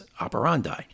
operandi